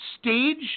stage